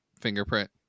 fingerprint